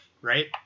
right